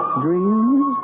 Dreams